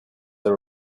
are